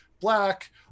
Black